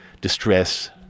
distress